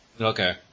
Okay